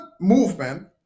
movement